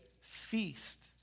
feast